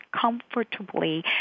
comfortably